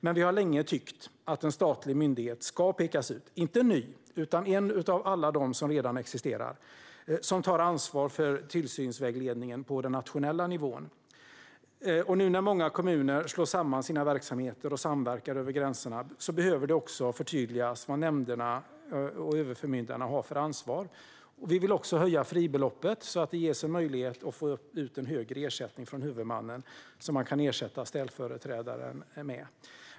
Men vi har länge tyckt att man ska peka ut en statlig myndighet - inte en ny utan en av alla redan existerande - som tar ansvar för tillsynsvägledningen på den nationella nivån. Nu när många kommuner slår samman sina verksamheter och samverkar över gränserna behöver det också förtydligas vad nämnderna och överförmyndarna har för ansvar. Vi vill också höja fribeloppet så att det ges möjlighet att få ut högre ersättning från huvudmannen att ersätta ställföreträdaren med.